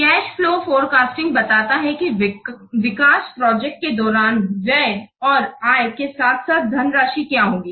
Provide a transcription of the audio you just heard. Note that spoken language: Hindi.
कॅश फ्लो फोरकास्टिंग बताता है कि विकास प्रोजेक्ट के दौरान व्यय और आय के साथ साथ धनराशि क्या होगी